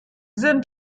sind